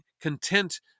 content